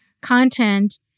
content